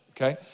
Okay